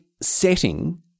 setting